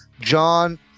John